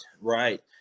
Right